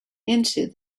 into